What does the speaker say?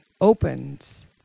opens